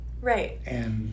right